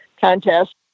contest